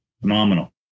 phenomenal